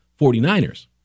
49ers